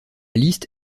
liste